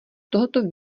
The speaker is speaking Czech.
tohoto